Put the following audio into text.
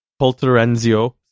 Polterenzio